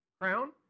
Crown